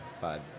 five